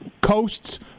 coasts